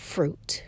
Fruit